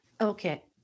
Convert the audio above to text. Okay